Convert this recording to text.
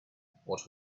what